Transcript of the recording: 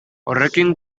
horrekin